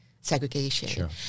segregation